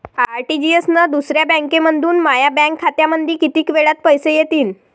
RTGS न दुसऱ्या बँकेमंधून माया बँक खात्यामंधी कितीक वेळातं पैसे येतीनं?